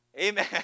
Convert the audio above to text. amen